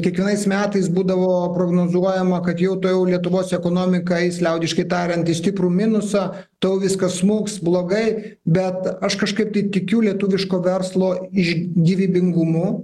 kiekvienais metais būdavo prognozuojama kad jau į tą lietuvos ekonomiką eis liaudiškai tariant stiprų minusą tuo viskas smuks blogai bet aš kažkaip tai tikiu lietuviško verslo iš gyvybingumo